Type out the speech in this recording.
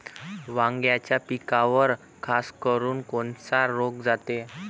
वांग्याच्या पिकावर खासकरुन कोनचा रोग जाते?